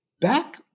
Back